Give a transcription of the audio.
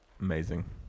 Amazing